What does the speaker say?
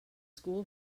school